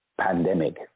pandemic